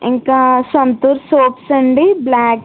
ఇంకా సంతూర్ సోప్స్ అండీ బ్లాక్